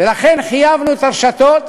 ולכן חייבנו את הרשתות,